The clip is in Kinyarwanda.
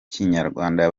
kinyarwanda